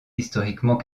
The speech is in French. historiquement